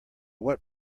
what